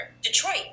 Detroit